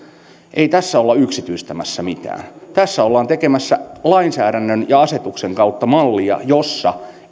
ei tässä olla yksityistämässä mitään tässä ollaan tekemässä lainsäädännön ja asetusten kautta mallia jossa